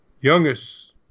youngest